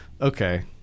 okay